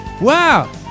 Wow